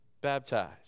baptized